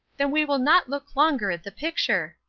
then we will not look longer at the picture,